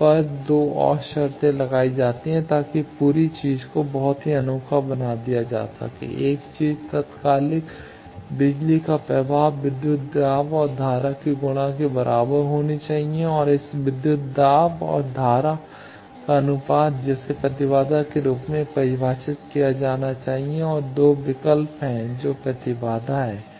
पर 2 और शर्तें लगाई जाती हैं ताकि पूरी चीज को बहुत ही अनोखा बना दिया जा सके एक चीज तात्कालिक बिजली का प्रवाह विद्युत दाब और धारा के गुणा के बराबर होनी चाहिए और इस विद्युत दाब और धारा का अनुपात जिसे प्रतिबाधा के रूप में परिभाषित किया जाना चाहिए और 2 विकल्प हैं जो प्रतिबाधा है